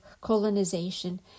colonization